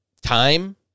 Time